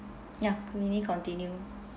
ya you may continue